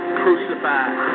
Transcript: crucified